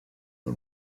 the